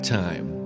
time